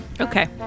Okay